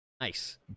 Nice